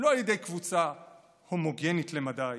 לא על ידי קבוצה הומוגנית למדי